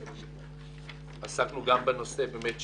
עסקנו בנושא של